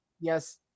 Yes